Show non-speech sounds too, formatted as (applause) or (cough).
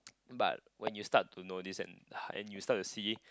but when you start to know this and (breath) you start to see